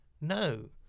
no